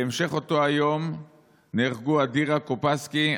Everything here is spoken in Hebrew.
בהמשך אותו היום נהרגו אדירה קופסקי,